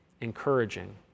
encouraging